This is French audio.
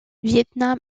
vietnam